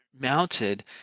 mounted